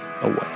away